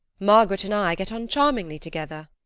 margaret and i get on charmingly together.